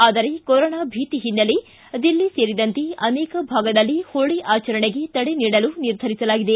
ಆದರೆ ಕೊರೊನಾ ಭೀತಿ ಹಿನ್ನೆಲೆ ದಿಲ್ಲಿ ಸೇರಿದಂತೆ ಅನೇಕ ಭಾಗದಲ್ಲಿ ಹೋಳಿ ಆಚರಣೆಗೆ ತಡೆ ನೀಡಲು ನಿರ್ಧರಿಸಲಾಗಿದೆ